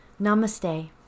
Namaste